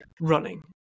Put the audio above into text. running